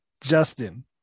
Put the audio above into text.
Justin